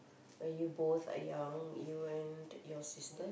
when you both are young you and your sister